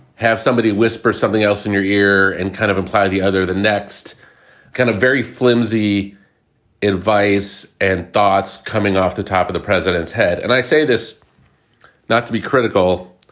have somebody whisper something else in your ear and kind of imply the other the next kind of very flimsy advice and thoughts coming off the top of the president's head and i say this not to be critical.